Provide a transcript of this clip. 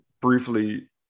briefly